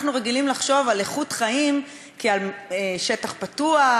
אנחנו רגילים לחשוב על איכות חיים כעל שטח פתוח,